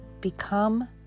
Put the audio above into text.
become